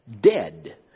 dead